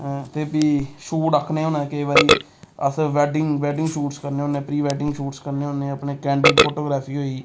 ते फ्ही शूट आखने होने केईं बारी अस वैडिंग वैडिंग शूट्स करने होन्ने प्री वैडिंग शूट्स करने होन्ने अपने कैंडिड फोटोग्राफी होई गेई